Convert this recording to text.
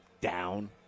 down